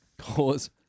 Cause